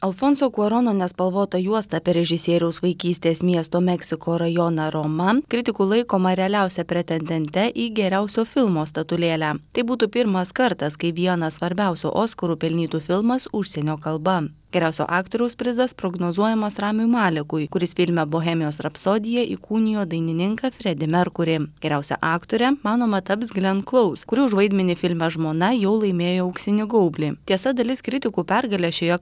alfonso kuarono nespalvota juosta apie režisieriaus vaikystės miesto meksiko rajoną roma kritikų laikoma realiausia pretendente į geriausio filmo statulėlę tai būtų pirmas kartas kai vieną svarbiausių oskarų pelnytų filmas užsienio kalba geriausio aktoriaus prizas prognozuojamas ramiui malekui kuris filme bohemijos rapsodija įkūnijo dainininką fredį merkurį geriausia aktore manoma taps glen klaus kuri už vaidmenį filme žmona jau laimėjo auksinį gaublį tiesa dalis kritikų pergalę šioje